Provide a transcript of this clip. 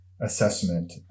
assessment